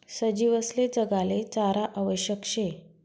सजीवसले जगाले चारा आवश्यक शे